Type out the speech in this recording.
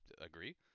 Agree